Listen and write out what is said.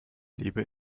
lebe